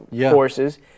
forces